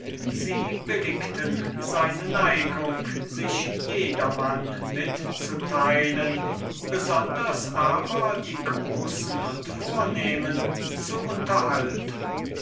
sie billigten seine neigung sich jedermann mitzuteilen besonders aber die großen und vornehmen zu unterhalten